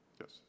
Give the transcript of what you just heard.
Yes